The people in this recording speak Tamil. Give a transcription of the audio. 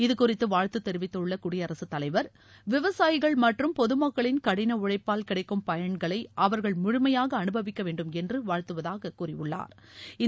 இது குறித்து வாழ்த்து தெரிவித்துள்ள குடியரசுத்தலைவர் விவசாயிகள் மற்றும் பொதுமக்களின் கடின உழைப்பால் கிடைக்கும் பயன்களை அவர்கள் முழுமையாக அனுபவிக்கவேண்டும் என்று வாழ்த்துவதாக கூறியுள்ளாா்